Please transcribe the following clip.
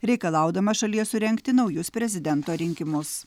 reikalaudamas šalyje surengti naujus prezidento rinkimus